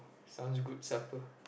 sounds good supper